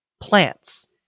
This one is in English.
plants